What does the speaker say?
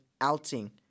outing